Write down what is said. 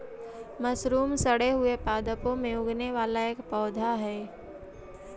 mushroom सड़े हुए पादपों में उगने वाला एक पौधा हई